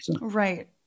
Right